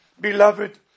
Beloved